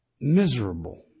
miserable